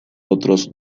otros